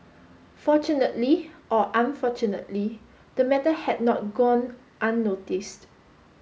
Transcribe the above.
fortunately or unfortunately the matter had not gone unnoticed